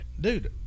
Dude